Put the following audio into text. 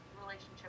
relationship